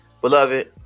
Beloved